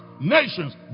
nations